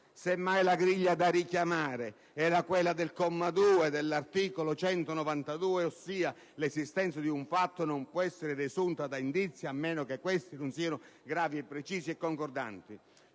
Semmai la griglia da richiamare era quella del comma 2 dell'articolo 192, ossia: «L'esistenza di un fatto non può essere desunta da indizi a meno che questi non siano gravi, precisi e concordanti».